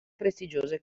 prestigiose